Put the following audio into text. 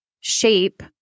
shape